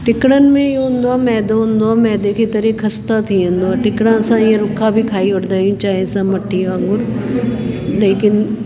टिकिड़नि में इहो हूंदो आहे मैदो हूंदो आहे मैदे खे तरे खस्ता थी वेंदो आहे टिकिड़ा असां इय रुखा बि खाई वठंदा आहियूं चांहि सां मठीअ वांगुरु लेकिन